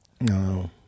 No